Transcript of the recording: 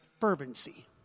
fervency